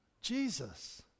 Jesus